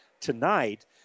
tonight